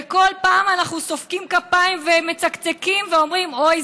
וכל פעם אנחנו סופקים כפיים ומצקצקים ואומרים: אוי,